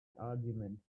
argument